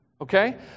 Okay